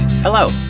Hello